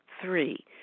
Three